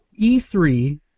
E3